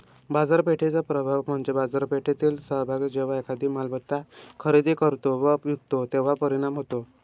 बाजारपेठेचा प्रभाव म्हणजे बाजारपेठेतील सहभागी जेव्हा एखादी मालमत्ता खरेदी करतो व विकतो तेव्हा परिणाम होतो